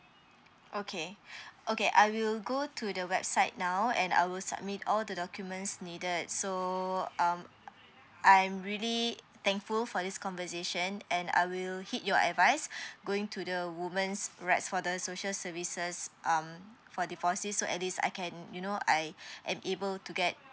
okay okay I will go to the website now and I will submit all the documents needed so um I'm really thankful for this conversation and I will hit your advise going to the woman's right for the social services um for divorcing so at least I can you know I am able to get